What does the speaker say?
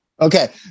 Okay